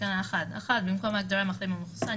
תקנה 1. במקום ההגדרה מחלים או מחוסן,